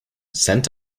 sent